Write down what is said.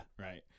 Right